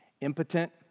impotent